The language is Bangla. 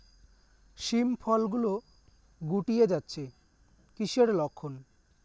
শিম ফল গুলো গুটিয়ে যাচ্ছে কিসের লক্ষন?